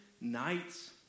nights